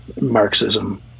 Marxism